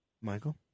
Michael